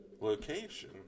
location